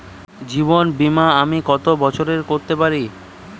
জীবন বীমা আমি কতো বছরের করতে পারি?